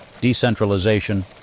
decentralization